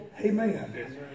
Amen